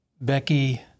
Becky